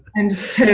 and so